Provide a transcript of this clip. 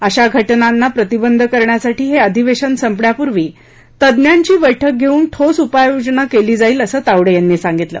अशा घटनांना प्रतिबंध करण्यासाठी हे अधिवेशन संपण्यापूर्वी तज्ज्ञांची बैठक घेऊन ठोस उपाययोजना केली जाईल असं तावडे यांनी सांगितलं